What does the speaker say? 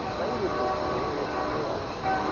language is glorious chaos.